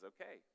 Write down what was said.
Okay